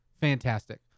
fantastic